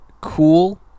cool